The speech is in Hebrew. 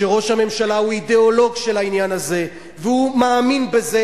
שראש הממשלה הוא אידיאולוג של העניין הזה והוא מאמין בזה.